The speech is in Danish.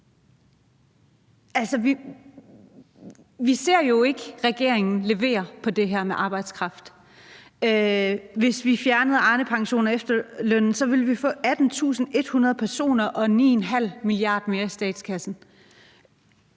vi ser jo ikke regeringen levere på det her med arbejdskraft. Hvis vi fjernede Arnepensionen og efterlønnen, ville vi få 18.100 personer flere og 9,5 mia. kr. mere i statskassen.